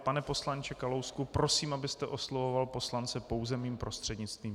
Pane poslanče Kalousku, prosím, abyste oslovoval poslance pouze mým prostřednictvím.